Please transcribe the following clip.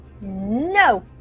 No